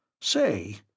Say